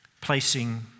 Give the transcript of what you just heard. placing